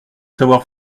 savoir